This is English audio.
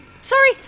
Sorry